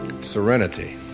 serenity